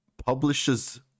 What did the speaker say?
publishes